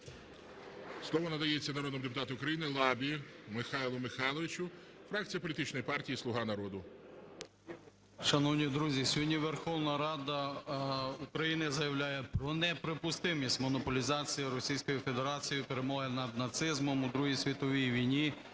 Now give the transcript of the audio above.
Слово надається народному депутату України Лабі Михайлу Михайловичу, фракція політичної партії "Слуга народу". 13:25:08 ЛАБА М.М. Шановні друзі, сьогодні Верховна Рада України заявляє про неприпустимість монополізації Російською Федерацією перемоги над нацизмом у Другій світовій війни,